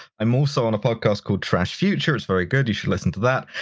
i'm also on a podcast called trashfuture, it's very good, you should listen to that,